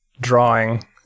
drawing